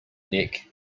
neck